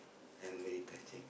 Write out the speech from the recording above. and very touching